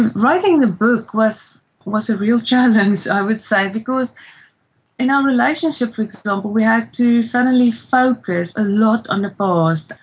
writing the book was was a real challenge, i would say, because in our relationship, for example, we had to suddenly focus a lot on the past,